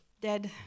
dead